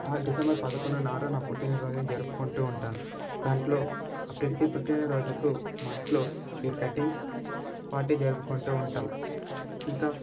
ఆ డిసెంబర్ పదకొండు నాడు నా పుట్టిన రోజు జరుపుకుంటూ ఉంటాను దాంట్లో ప్రతీ పుట్టినరోజుకు మా ఇంట్లో కేక్ కట్టింగ్స్ పార్టీ జరుపుకుంటూ ఉంటాం ఇంకా